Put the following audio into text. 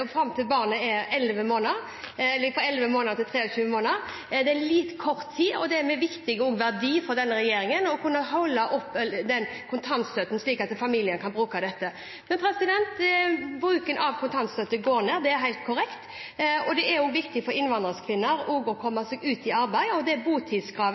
barnet er fra 11 til 23 måneder. Det er en kort tid, og det er viktig for denne regjeringen å kunne holde oppe kontantstøtten slik at familien kan bruke den. Bruken av kontantstøtte går ned. Det er helt korrekt. Det er også viktig for innvandrerkvinner å komme seg ut i arbeid. Jeg håper at Arbeiderpartiet står på det vedtaket om botidskrav som vi fattet i mai, slik at botidskravet